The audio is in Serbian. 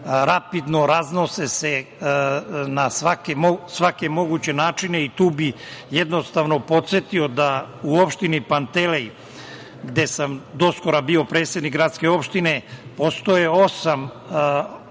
rapidno, raznose se na svaki mogući način i tu bih, jednostavno, podsetio da u opštini Pantelej, gde sam do sada bio predsednik gradske opštine, postoji osam objekata,